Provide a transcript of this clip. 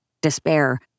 despair